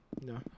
no